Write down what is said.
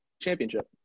championship